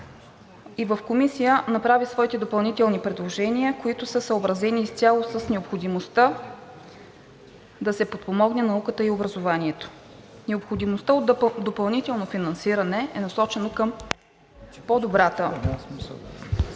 И в Комисията направи своите допълнителни предложения, които са съобразени изцяло с необходимостта да се подпомогнат науката и образованието. Необходимостта от допълнително финансиране е насочена към по-добрата